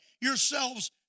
yourselves